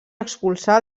expulsar